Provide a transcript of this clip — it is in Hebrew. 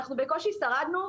אנחנו בקושי שרדנו,